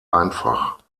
einfach